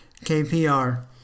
KPR